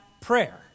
prayer